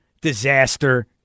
disaster